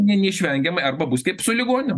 ne neišvengiamai arba bus kaip su ligonėm